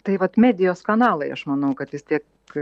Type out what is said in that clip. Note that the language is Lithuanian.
tai vat medijos kanalai aš manau kad vis tiek